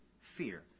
fear